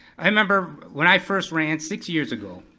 i remember when i first ran six years ago,